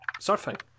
surfing